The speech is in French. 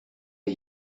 les